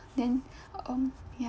then um ya